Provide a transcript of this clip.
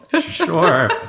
Sure